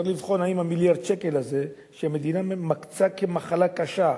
צריך לבחון אם מיליארד השקל האלה שהמדינה מקצה למחלה קשה,